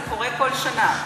זה קורה כל שנה,